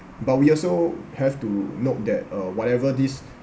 but we also have to note that uh whatever these